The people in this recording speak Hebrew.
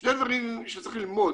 שני דברים שצריכים ללמוד.